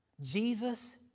Jesus